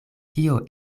kio